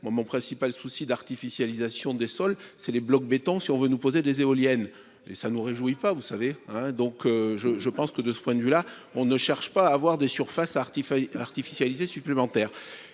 mon principal souci d'artificialisation des sols. C'est les blocs béton si on veut nous poser des éoliennes et ça nous réjouit pas vous savez hein donc je, je pense que de ce point de vue là, on ne cherche pas à avoir des surfaces artificielles artificialiser supplémentaires